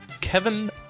Kevin